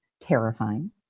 Terrifying